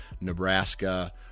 Nebraska